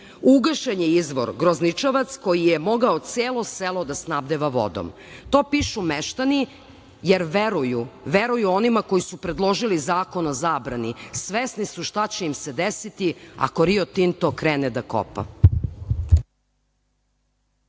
Ugašen je izbor Grozničavac koji je mogao celo selo da snabdeva vodom. To pišu meštani jer veruju, veruju onima koji su predložili zakon o zabrani. Svesni su šta će im se desiti ako Rio Tinto krene da kopa.